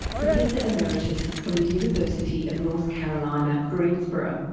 professor emeritus from the university of north carolina, greensboro,